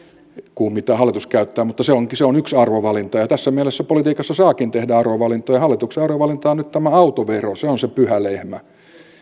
kuin mitä hallitus käyttää mutta se on yksi arvovalinta ja tässä mielessä politiikassa saakin tehdä arvovalintoja hallituksen arvovalinta on nyt tämä autovero se on se pyhä lehmä